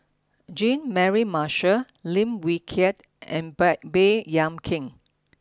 Jean Mary Marshall Lim Wee Kiak and bay Baey Yam Keng